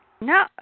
No